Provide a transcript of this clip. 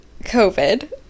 covid